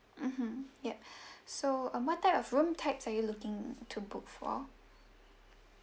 mmhmm ya so um what type of room types are you looking to book for